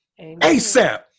ASAP